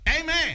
Amen